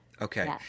Okay